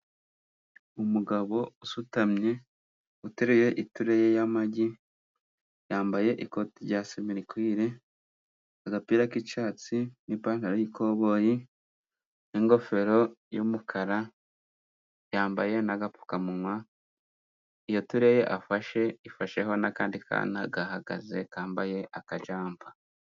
Umugabo usutamye uteruye itureye y'amagi, yambaye ikoti rya simirikwire, agapira k'icyatsi n'ipantaro y'ikoboyi, n'ingofero y'umukara yambaye n'agapfukamunwa. Iyo tureye afashe ifasheho n'akandi kana gahagaze, kambaye akajampa.